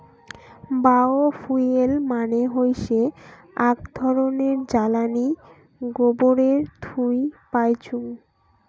bio fuel মানে হৈসে আক ধরণের জ্বালানী গোবরের থুই পাইচুঙ